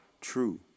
true